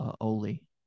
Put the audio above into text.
Oli